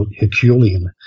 Herculean